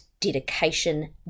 dedication